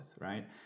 Right